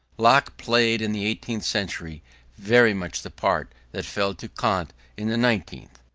locke played in the eighteenth century very much the part that fell to kant in the nineteenth.